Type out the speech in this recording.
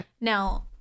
Now